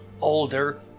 older